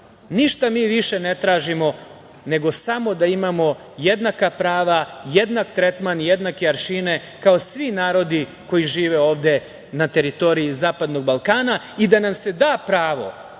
živi. Ništa mi više ne tražimo nego samo da imamo jednaka prava, jednak tretman i jednake aršine kao svi narodi koji žive ovde na teritoriji zapadnog Balkana i da nam se da pravo